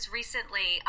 recently